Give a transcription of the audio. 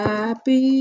Happy